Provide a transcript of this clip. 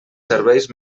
serveis